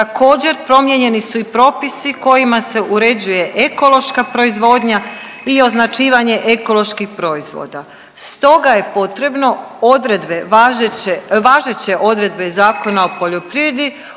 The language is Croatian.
Također promijenjeni su i propisi kojima se uređuje ekološka proizvodnja i označivanje ekoloških proizvoda. Stoga je potrebno odredbe važeće, važeće odredbe Zakona o poljoprivredi